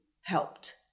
helped